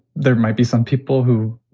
there might be some people who,